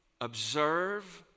observe